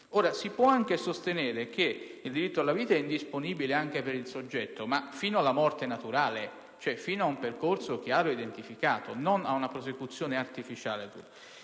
1.55. Si può anche sostenere che il diritto alla vita sia indisponibile anche per il soggetto, ma fino alla morte naturale, cioè fino al termine di un percorso chiaro ed identificato e non a una prosecuzione artificiale